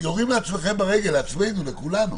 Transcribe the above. יורים לעצמכם ברגל, לעצמנו, לכולנו.